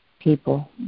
people